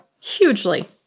hugely